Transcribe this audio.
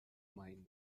mind